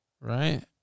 Right